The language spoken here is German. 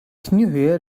kniehöhe